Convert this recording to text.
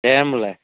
दे होनबालाय